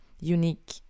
unique